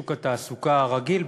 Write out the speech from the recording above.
שוק התעסוקה "הרגיל",